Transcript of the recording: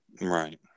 Right